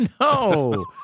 No